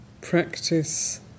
practice